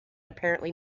apparently